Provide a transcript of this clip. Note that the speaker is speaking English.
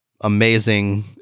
amazing